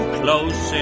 close